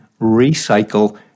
recycle